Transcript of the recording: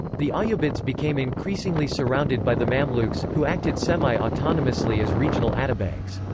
the ayyubids became increasingly surrounded by the mamluks, who acted semi-autonomously as regional atabegs.